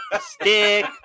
Stick